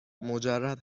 مجرد